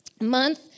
month